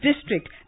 district